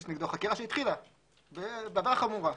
יש נגדו חקירה שהתחילה בעבירה חמורה.